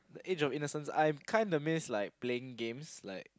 the age of innocence I'm kind of miss like playing games like